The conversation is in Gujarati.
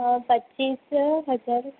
હા પચીસ હજાર